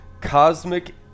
cosmic